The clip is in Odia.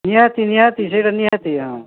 ନିହାତି ନିହାତି ସେଇଟା ନିହାତି ହଁ